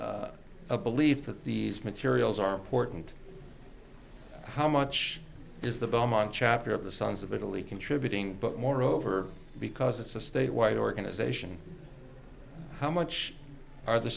a belief that these materials are important how much is the belmont chapter of the sons of italy contributing but moreover because it's a statewide organization how much are the